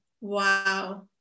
wow